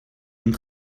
und